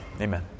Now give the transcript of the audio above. Amen